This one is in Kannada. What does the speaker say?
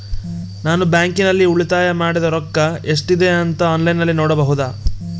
ನಾನು ಬ್ಯಾಂಕಿನಲ್ಲಿ ಉಳಿತಾಯ ಮಾಡಿರೋ ರೊಕ್ಕ ಎಷ್ಟಿದೆ ಅಂತಾ ಆನ್ಲೈನಿನಲ್ಲಿ ನೋಡಬಹುದಾ?